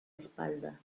espalda